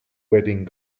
wedding